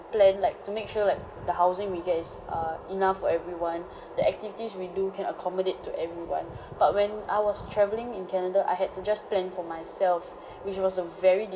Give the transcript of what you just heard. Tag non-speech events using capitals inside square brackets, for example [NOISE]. plan like to make sure like that the housing we get is err enough for everyone [BREATH] the activities we do can accommodate to everyone [BREATH] but when I was travelling in canada I had to just plan for myself [BREATH] which was a very